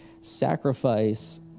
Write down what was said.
sacrifice